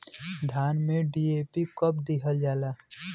धान में डी.ए.पी कब दिहल जाला?